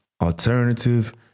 alternative